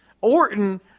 Orton